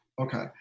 okay